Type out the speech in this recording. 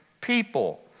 people